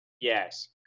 Yes